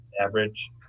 average